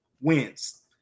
wins